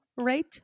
Right